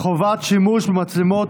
50 שקל לשנה,